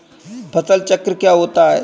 फसल चक्र क्या होता है?